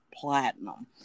platinum